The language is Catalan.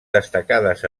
destacades